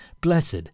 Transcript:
Blessed